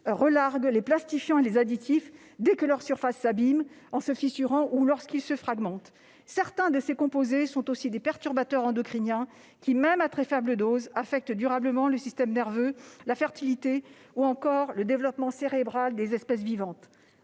de nouveau les plastifiants et les additifs dès que leur surface s'abîme en se fissurant, ou lorsqu'ils se fragmentent. Certains de ces composés sont aussi des perturbateurs endocriniens, qui affectent durablement, même à très faibles doses, le système nerveux, la fertilité ou encore le développement cérébral des espèces vivantes.